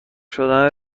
شدن